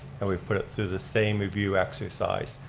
and we put it through the same review exercise.